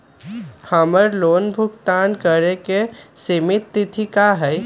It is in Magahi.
हमर लोन भुगतान करे के सिमित तिथि का हई?